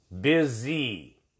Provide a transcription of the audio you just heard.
busy